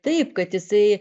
taip kad jisai